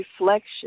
reflection